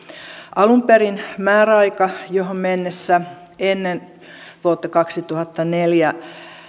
alun perin määräaika johon mennessä ennen vuotta kaksituhattaneljä